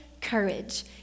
courage